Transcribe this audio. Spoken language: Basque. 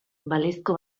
balizko